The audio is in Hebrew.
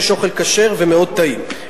יש אוכל כשר ומאוד טעים,